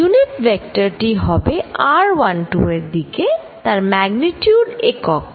unit vector টি হবে r12 এর দিকে তার ম্যাগনিচিউড একক